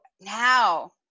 now